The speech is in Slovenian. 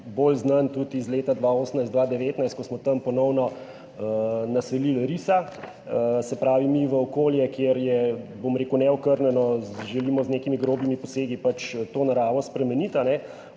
bolj znan iz let 2018, 2019, ko smo tam ponovno naselili risa. Se pravi, mi v okolju, ki je, bom rekel, neokrnjeno, želimo z nekimi grobimi posegi pač to naravo spremeniti.